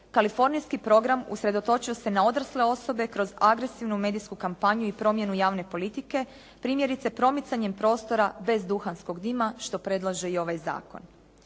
kalifornijski program usredotočio se na odrasle osobe kroz agresivnu medijsku kampanju i promjenu javne politike primjerice promicanjem prostora bez duhanskog dima što predlaže i ovaj zakon.